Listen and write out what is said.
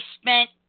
spent